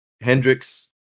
Hendrix